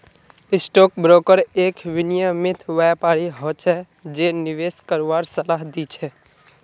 stock broker एक विनियमित व्यापारी हो छै जे निवेश करवार सलाह दी छै